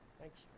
Thanks